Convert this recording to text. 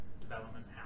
development